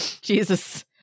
Jesus